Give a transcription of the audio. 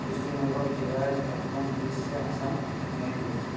Paschim Banga Bihar Jharkhand Orissa Assam Manipur